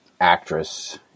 actress